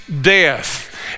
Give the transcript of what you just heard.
death